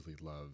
love